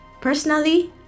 Personally